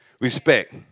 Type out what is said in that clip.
Respect